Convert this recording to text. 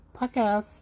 podcast